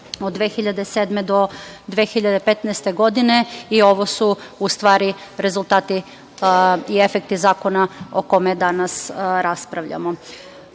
od 2007. do 2015. godine i ovo su u stvari rezultati i efekti zakona o kome danas raspravljamo. Što